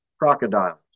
Crocodiles